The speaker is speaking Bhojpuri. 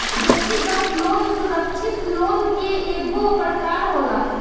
व्यक्तिगत लोन सुरक्षित लोन के एगो प्रकार होला